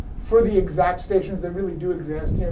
for the exact stations they really do exist. yeah